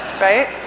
right